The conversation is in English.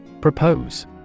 Propose